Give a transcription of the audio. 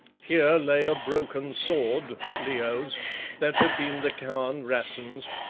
here lay a broken sword leo's that had been the khan rassen's,